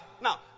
Now